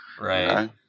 right